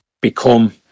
become